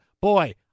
boy